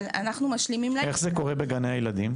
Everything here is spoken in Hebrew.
אבל אנחנו משלימים להם --- איך זה קורה בגני הילדים,